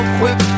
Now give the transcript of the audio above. quick